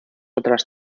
otras